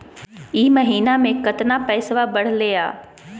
ई महीना मे कतना पैसवा बढ़लेया?